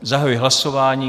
Zahajuji hlasování.